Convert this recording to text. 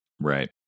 right